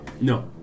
No